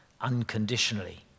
unconditionally